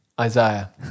Isaiah